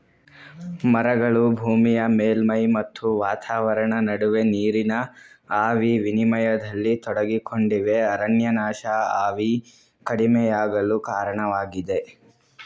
ಮರಗಳು ಭೂಮಿಯ ಮೇಲ್ಮೈ ಮತ್ತು ವಾತಾವರಣ ನಡುವೆ ನೀರಿನ ಆವಿ ವಿನಿಮಯದಲ್ಲಿ ತೊಡಗಿಕೊಂಡಿವೆ ಅರಣ್ಯನಾಶ ಆವಿ ಕಡಿಮೆಯಾಗಲು ಕಾರಣವಾಗಿದೆ